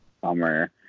summer